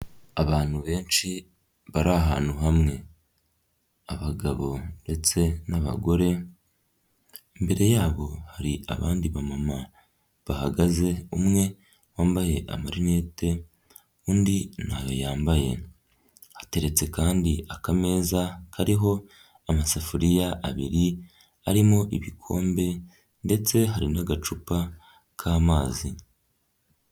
Abantu benshi bari ahantu hamwe abagabo ndetse n'abagore, imbere yabo hari abandi bamama bahagaze umwe wambaye amarinete undi ntayo yambaye, hateretse kandi akameza kariho amasafuriya abiri arimo ibikombe ndetse hari n'agacupa k'amazi.